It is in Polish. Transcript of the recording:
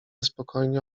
spokojnie